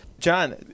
John